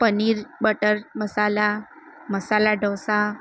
paneer butter masala masala dosa